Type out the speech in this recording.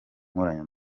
nkoranya